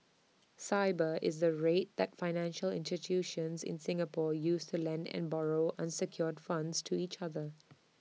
Sibor is the rate that financial institutions in Singapore use to lend and borrow unsecured funds to each other